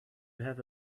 have